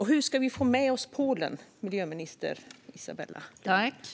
Hur ska vi få med oss Polen, miljö och klimatminister Isabella Lövin?